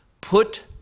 put